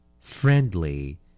Friendly